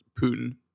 Putin